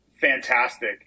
fantastic